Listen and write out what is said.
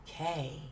okay